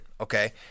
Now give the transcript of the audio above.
okay